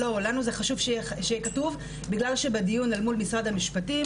לנו זה חשוב שיהיה כתוב בגלל שבדיון אל מול משרד המשפטים,